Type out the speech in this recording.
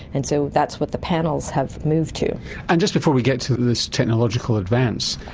and so that's what the panels have moved to. and just before we get to this technological advance,